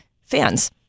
fans